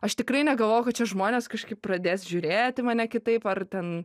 aš tikrai negalvojau kad čia žmonės kažkaip pradės žiūrėt į mane kitaip ar ten